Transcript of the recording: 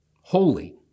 holy